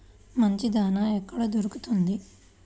మంచి దాణా ఎక్కడ దొరుకుతుంది?